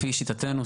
לפי שיטתנו,